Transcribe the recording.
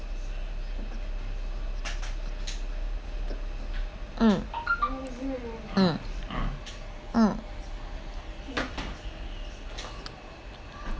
mm mm mm